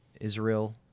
Israel